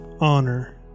honor